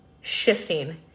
shifting